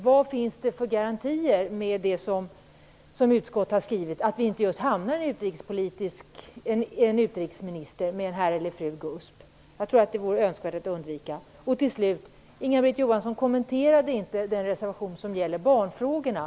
Vad finns det för garantier i det som utskottet har skrivit för att vi inte får en utrikesminister "herr eller fru GUSP"? Jag tror att det vore önskvärt att undvika det. Till slut: Inga-Britt Johansson kommenterade inte den reservation som gäller barnfrågorna.